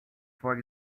for